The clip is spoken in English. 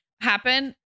happen